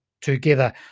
together